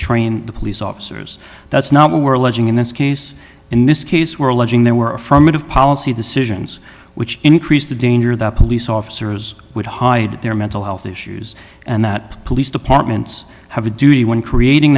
train the police officers that's not what we're alleging in this case in this case we're alleging there were affirmative policy decisions which increase the danger that police officers would hide their mental health issues and that police departments have a duty when creating